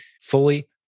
fully